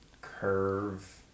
Curve